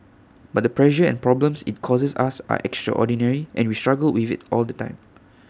but the pressure and problems IT causes us are extraordinary and we struggle with IT all the time